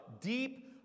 deep